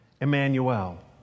Emmanuel